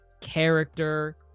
character